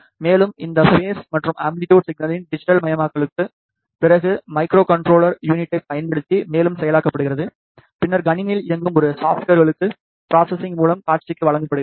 மேலும் இந்த பேஸ் மற்றும் ஆம்ப்ளிட்டு சிக்னலின் டிஜிட்டல் மயமாக்கலுக்குப் பிறகு மைக்ரோகண்ட்ரோலர் யூனிட்டைப் பயன்படுத்தி மேலும் செயலாக்கப்படுகிறது பின்னர் கணினியில் இயங்கும் ஒரு சாப்ட்வேர்களுக்கு ப்ரோஸஸ்சிங் மற்றும் காட்சிக்கு வழங்கப்படுகிறது